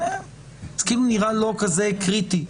זה כאילו נראה לא קריטי כזה,